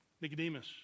Nicodemus